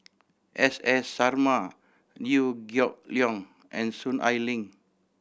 S S Sarma Liew Geok Leong and Soon Ai Ling